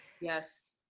Yes